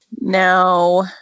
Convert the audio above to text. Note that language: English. Now